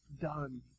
done